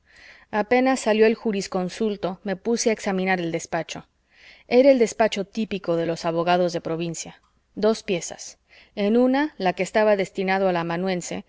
apenas salió el jurisconsulto me puse a examinar el despacho era el despacho típico de los abogados de provincia dos piezas en una la que estaba destinada al